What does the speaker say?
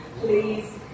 please